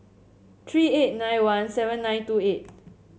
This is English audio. tree eight nine one seven nine two eight